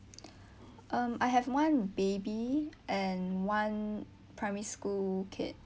um I have one baby and one primary school kid